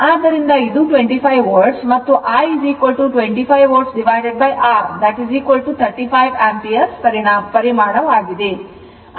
ಆದ್ದರಿಂದ ಇದು 25 volt ಮತ್ತು I 25 voltR 35 ಆಂಪಿಯರ್ ಪರಿಮಾಣವಾಗಿದೆ